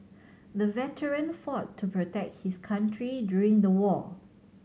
the veteran fought to protect his country during the war